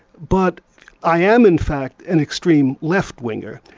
but i am in fact an extreme left-winger,